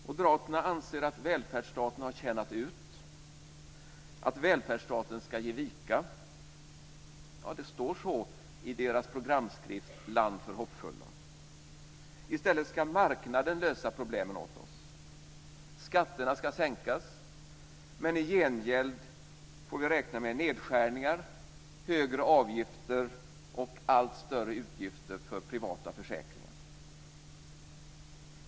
Moderaterna anser att välfärdsstaten har tjänat ut, att välfärdsstaten ska ge vika. Det står så i deras programskrift Land för hoppfulla. I stället ska marknaden lösa problemen åt oss. Skatterna ska sänkas, men i gengäld får vi räkna med nedskärningar, högre avgifter och allt större utgifter för privata försäkringar.